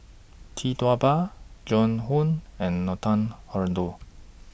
Tee Tua Ba Joan Hon and Nathan Hartono